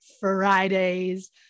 Fridays